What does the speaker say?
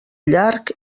llarg